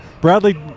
bradley